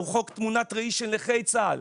הוא חוק תמונת ראי של נכי צה"ל,